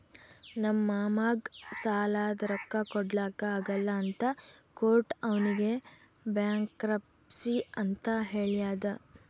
ನಮ್ ಮಾಮಾಗ್ ಸಾಲಾದ್ ರೊಕ್ಕಾ ಕೊಡ್ಲಾಕ್ ಆಗಲ್ಲ ಅಂತ ಕೋರ್ಟ್ ಅವ್ನಿಗ್ ಬ್ಯಾಂಕ್ರಪ್ಸಿ ಅಂತ್ ಹೇಳ್ಯಾದ್